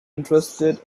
interested